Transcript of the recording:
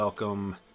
Welcome